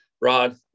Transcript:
Rod